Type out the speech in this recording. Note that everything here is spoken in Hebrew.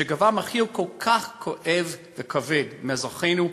שגבה מחיר כל כך כואב וכבד מאזרחינו,